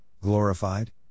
glorified